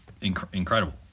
incredible